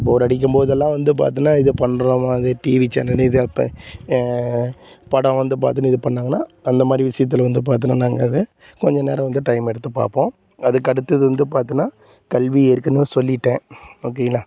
போர் அடிக்கும் போதெல்லாம் வந்து பார்த்தினா இதை பண்றோம் ம அதே டிவி சேனல் இது அப்போ படம் வந்து பார்த்துன்னு இது பண்ணாங்கன்னால் அந்த மாதிரி விஷயத்துல வந்து பார்த்தனா நாங்கள் அது கொஞ்சம் நேரம் வந்து டைம் எடுத்து பார்ப்போம் அதுக்கு அடுத்தது வந்து பார்த்தினா கல்வி ஏற்கனவே சொல்லிவிட்டேன் ஓகேங்களா